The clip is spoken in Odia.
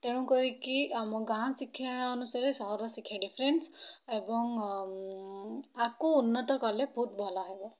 ତେଣୁକରିକି ଆମ ଗାଁ ଶିକ୍ଷା ଅନୁସାରେ ସହରର ଶିକ୍ଷା ଡିଫରେଣ୍ଟସ୍ ଏବଂ ଆକୁ ଉନ୍ନତ କଲେ ବହୁତ ଭଲହେବ